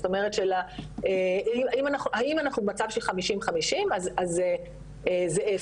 זאת אומרת של האם אנחנו במצב של 50-50 אז זה 0,